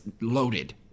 loaded